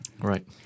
Right